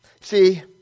See